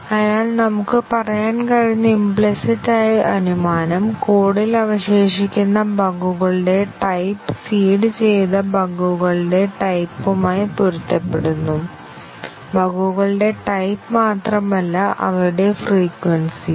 അതിനാൽ നമുക്ക് പറയാൻ കഴിയുന്ന ഇംപ്ലിസിറ്റ് ആയ അനുമാനം കോഡിൽ അവശേഷിക്കുന്ന ബഗുകളുടെ ടൈപ്പ് സീഡ് ചെയ്ത ബഗുകളുടെ ടൈപ്പ്മായി പൊരുത്തപ്പെടുന്നു ബഗുകളുടെ ടൈപ്പ് മാത്രമല്ല അവയുടെ ഫ്രീക്വെൻസി ഉം